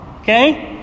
Okay